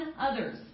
others